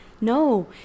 no